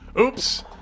Oops